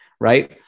right